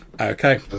okay